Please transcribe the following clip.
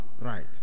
right